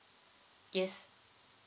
yes